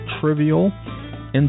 trivial